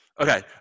Okay